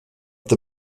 the